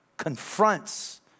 confronts